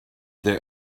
they